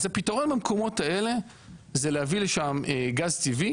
אז הפתרון במקומות האלה זה להביא לשם גז טבעי